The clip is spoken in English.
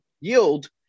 yield